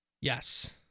Yes